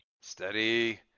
Steady